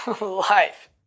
life